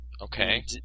Okay